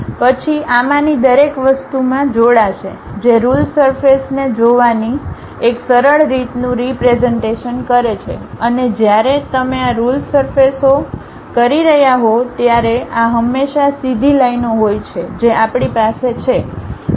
પછી આમાંની દરેક વસ્તુમાં જોડાશે જે રુલ સરફેસ ને જોવાની એક સરળ રીતનું રીપ્રેઝન્ટેશન કરે છે અને જ્યારે તમે આ રુલ સરફેસ ઓ કરી રહ્યા હો ત્યારે આ હંમેશા સીધી લાઈનઓ હોય છે જે આપણી પાસે છે